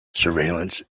surveillance